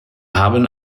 haben